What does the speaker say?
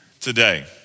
today